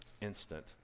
instant